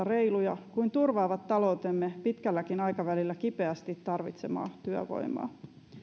reiluja kuin turvaavat taloutemme pitkälläkin aikavälillä kipeästi tarvitsemaa työvoimaa